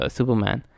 Superman